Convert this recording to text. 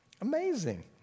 Amazing